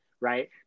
Right